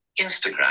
Instagram